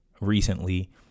recently